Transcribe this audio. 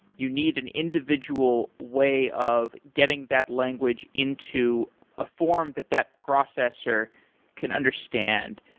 you need an individual way of getting that language into a form that that processor can understand.